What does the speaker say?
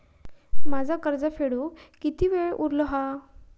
माझा कर्ज फेडुक किती वेळ उरलो हा?